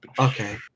okay